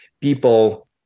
people